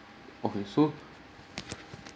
okay so